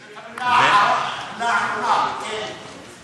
את המילה האחרונה, כן.